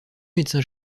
médecins